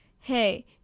hey